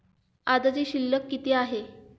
आजची शिल्लक किती आहे?